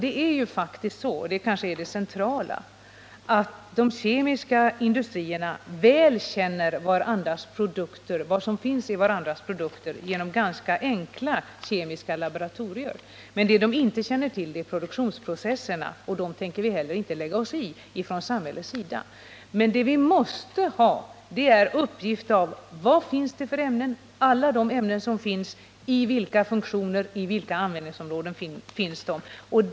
Det är faktiskt så — och det är kanske det centrala — att de kemiska industrierna känner väl till vad som finns i varandras produkter — det gör de genom ganska enkla kemiska laboratorieprov. Men det som de inte känner till är produktprocesserna, och dem tänker vi heller inte lägga oss i från samhällets sida. Det vi måste ha uppgifter om är: Vad finns det för ämnen? Och i vilka funktioner och på vilka användningsområden finns de ämnena?